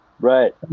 right